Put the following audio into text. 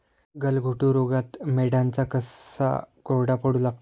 गलघोटू रोगात मेंढ्यांचा घसा कोरडा पडू लागतो